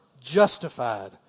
justified